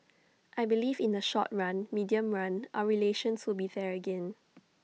I believe that in the short run medium run our relations will be there again